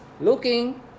looking